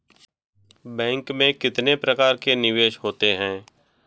Bank में कितने प्रकार के निवेश होते हैं?